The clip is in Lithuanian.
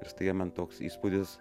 ir staiga man toks įspūdis